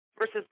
versus